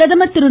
பிரதமர் திரு